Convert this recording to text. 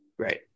Right